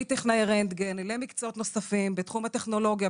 מטכנאי רנטגן למקצועות נוספים בתחום הטכנולוגיה,